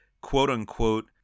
quote-unquote